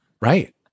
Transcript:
Right